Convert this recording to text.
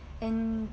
and